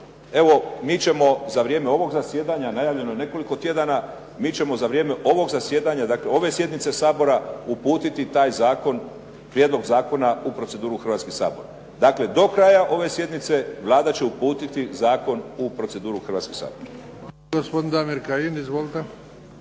evo mi ćemo za vrijeme ovog zasjedanja, najavljeno je nekoliko tjedana, mi ćemo za vrijeme ovog zasjedanja, dakle ove sjednice Sabora uputiti taj prijedlog zakona u proceduru u Hrvatski sabor. Dakle, do kraja ove sjednice Vlada će uputiti zakon u proceduru u Hrvatski sabor.